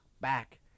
back